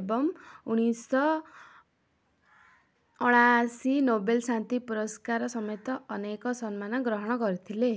ଏବଂ ଉଣେଇଶ ଅଣାଅଶୀ ନୋବେଲ୍ ଶାନ୍ତି ପୁରସ୍କାର ସମେତ ଅନେକ ସମ୍ମାନ ଗ୍ରହଣ କରିଥିଲେ